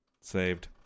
Saved